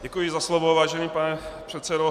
Děkuji za slovo, vážený pane předsedo.